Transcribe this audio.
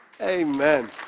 amen